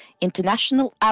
international